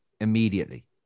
immediately